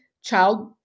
child